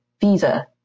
Visa